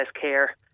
care